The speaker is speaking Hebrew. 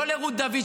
לא לרות דוד,